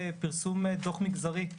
פרסום דוח מגזרי,